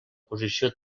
posició